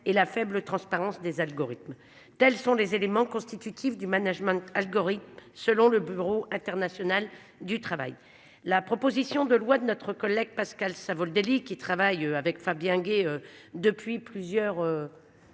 et la faible transparence des algorithmes, tels sont les éléments constitutifs du management algorithmes selon le Bureau international du travail. La proposition de loi de notre collègue Pascal Savoldelli qui travaille avec Fabien Gay depuis plusieurs. Années